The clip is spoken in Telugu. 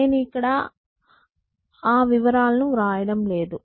నేను ఇక్కడ ఆ వివరాలను వ్రాయడం లేదు